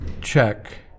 check